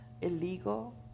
Illegal